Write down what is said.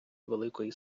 великої